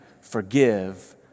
forgive